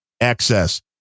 access